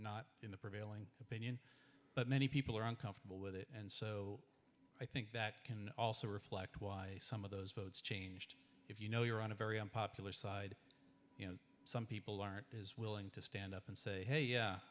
not in the prevailing opinion but many people are uncomfortable with it and so i think that can also reflect why some of those votes changed if you know you're on a very unpopular side you know some people aren't as willing to stand up and say hey yeah